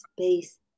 space